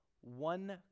one